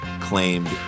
claimed